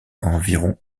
environ